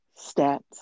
stats